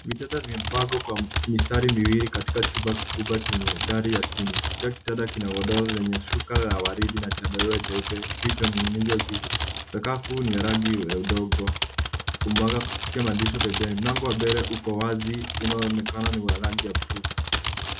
Vitanda vimepangwa kwa mistari miwili katika chumba kikubwa chenye dari chini. Kila kitanda kina godoro lenye shuka la waridi na chandarua cheupe kilichoning'inizwa juu. Sakafu ni ya rangi ya udongo humwagwa madirisha pembeni. Mlango wa mbele uko wazi unaonekana ni wa rangi ya buluu.